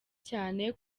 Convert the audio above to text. cyane